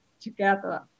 together